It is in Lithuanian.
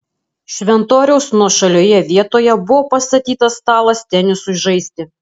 šventoriaus nuošalioje vietoje buvo pastatytas stalas tenisui žaisti